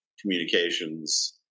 communications